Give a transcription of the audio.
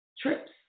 trips